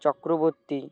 Chakraborty